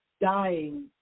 dying